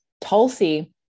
Tulsi